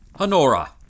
Honora